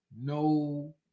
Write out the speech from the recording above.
No